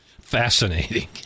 Fascinating